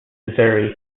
missouri